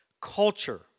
culture